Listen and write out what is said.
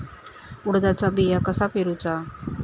उडदाचा बिया कसा पेरूचा?